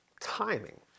Timing